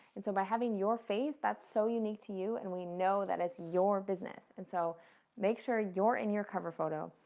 and so by having your face, that's so unique to you, and we know that it's your business. and so make sure you're in your cover photo.